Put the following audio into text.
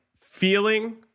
feeling